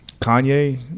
Kanye